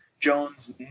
Jones